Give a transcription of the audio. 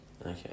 Okay